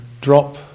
drop